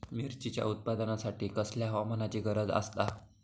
मिरचीच्या उत्पादनासाठी कसल्या हवामानाची गरज आसता?